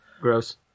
Gross